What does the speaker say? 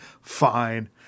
fine